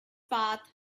path